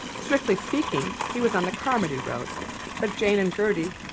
strickly speaking he was on the carmody road but jane and gertie,